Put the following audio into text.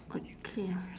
okay